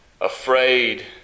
afraid